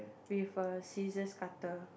with a scissors cutter